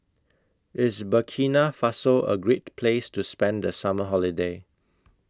IS Burkina Faso A Great Place to spend The Summer Holiday